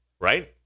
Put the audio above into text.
right